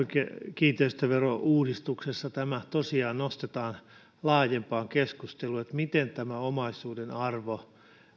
kiinteistöverouudistuksessa tosiaan nostetaan laajempaan keskusteluun se miten omaisuuden arvo